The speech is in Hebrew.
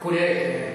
כולל, כן.